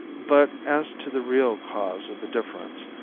but, as to the real cause of the difference,